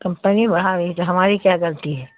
company بڑھا رہی تو ہماری کیا غلطی ہے